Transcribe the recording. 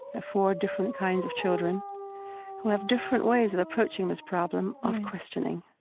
the four different kinds of children who have different ways of approaching this problem of questioning,